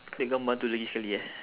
that gambar itu lagi sekali eh